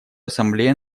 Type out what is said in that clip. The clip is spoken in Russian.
ассамблея